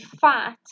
fat